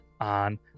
on